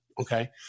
Okay